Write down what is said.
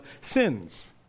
sins